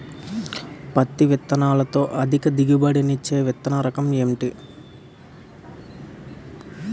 పత్తి విత్తనాలతో అధిక దిగుబడి నిచ్చే విత్తన రకం ఏంటి?